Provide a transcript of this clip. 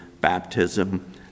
baptism